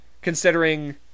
considering